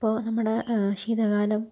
അപ്പോൾ നമ്മുടെ ശീതകാലം